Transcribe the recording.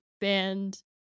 band